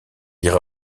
ira